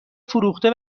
فروخته